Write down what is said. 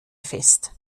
fest